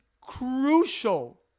crucial